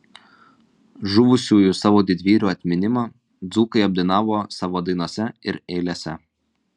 žuvusiųjų savo didvyrių atminimą dzūkai apdainavo savo dainose ir eilėse